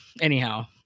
Anyhow